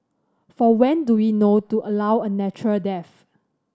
for when do we know to allow a natural death